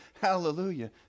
hallelujah